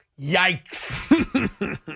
Yikes